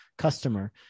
Customer